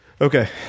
Okay